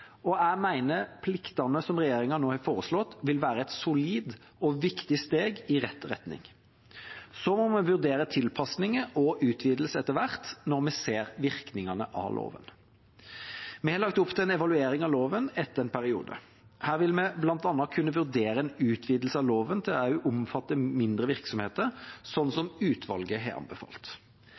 Jeg mener pliktene som regjeringa nå har foreslått, vil være et solid og viktig steg i rett retning. Så må vi vurdere tilpasninger og utvidelser etter hvert, når vi ser virkningene av loven. Vi har lagt opp til en evaluering av loven etter en periode. Her vil vi bl.a. kunne vurdere en utvidelse av loven til også å omfatte mindre virksomheter, slik utvalget har anbefalt.